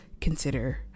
consider